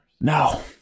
No